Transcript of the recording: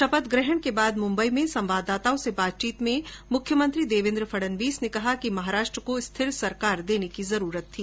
शपथ ग्रहण के बाद मुम्बई में संवाददाताओं से बातचीत में मुख्यमंत्री देवेन्द्र फडनवीस ने कहा कि महाराष्ट्र को स्थिर सरकार देने की जरूरत थी